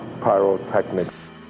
pyrotechnics